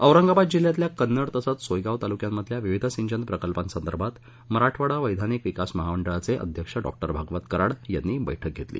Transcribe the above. औरंगाबाद जिल्ह्यातल्या कन्नड तसंच सोयगाव तालुक्यांमधल्या विविध सिंचन प्रकल्पांसंदर्भात मराठवाडा वैधानिक विकास मंडळाचे अध्यक्ष डॉ भागवत कराड यांनी बैठक घेतली